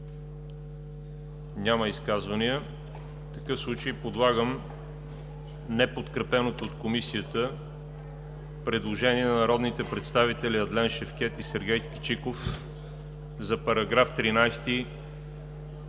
Няма изказвания. В такъв случай подлагам неподкрепеното от Комисията предложение на народните представители Адлен Шевкед и Сергей Кичиков за § 13